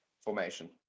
Formation